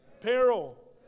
peril